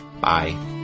Bye